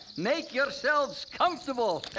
make yourselves comfortable.